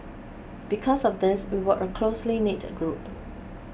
because of this we were a closely knit group